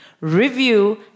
review